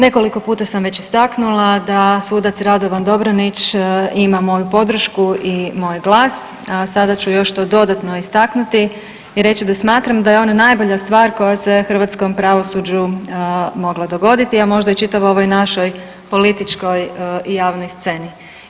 Nekoliko puta sam već istaknula da sudac Radovan Dobranić ima moju podršku i moj glas, a sada ću to još dodatno istaknuti i reći da smatram da je on najbolja stvar koja se hrvatskom pravosuđu mogla dogoditi, a možda i čitavoj ovoj našoj političkoj i javnoj sceni.